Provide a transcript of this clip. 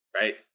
Right